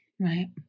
Right